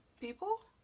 people